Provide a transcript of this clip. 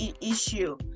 issue